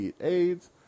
AIDS